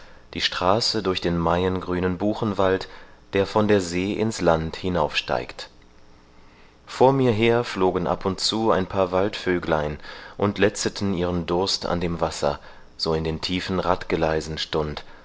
die straße durch den maiengrünen buchenwald der von der see ins land hinaufsteigt vor mir her flogen ab und zu ein paar waldvöglein und letzeten ihren durst an dem wasser so in den tiefen radgeleisen stund